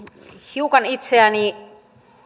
itseäni hiukan